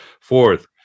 Fourth